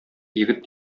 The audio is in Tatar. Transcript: егет